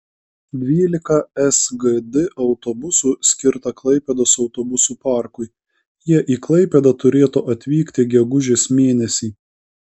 dvylika sgd autobusų skirta klaipėdos autobusų parkui jie į klaipėdą turėtų atvykti gegužės mėnesį